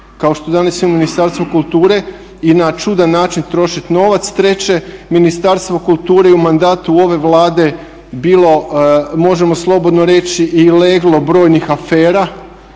kao što danas imamo Ministarstvo kulture i na čudan način trošiti novac. Treće, Ministarstvo kulture i u mandatu ove Vlade bilo je možemo slobodno reći i leglo brojnih afera